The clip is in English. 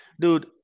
dude